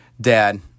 dad